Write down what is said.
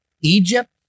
Egypt